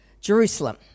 Jerusalem